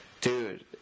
Dude